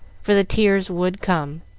for the tears would come.